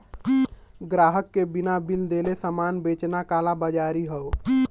ग्राहक के बिना बिल देले सामान बेचना कालाबाज़ारी हौ